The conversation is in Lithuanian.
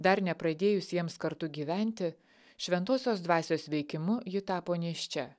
dar nepradėjus jiems kartu gyventi šventosios dvasios veikimu ji tapo nėščia